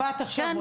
באת עכשיו,